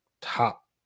top